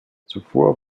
zuvor